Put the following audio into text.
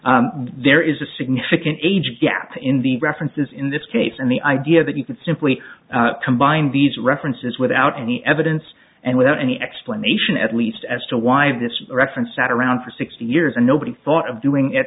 y there is a significant age gap in the references in this case and the idea that you can simply combine these references without any evidence and without any explanation at least as to why this reference sat around for sixty years and nobody thought of doing it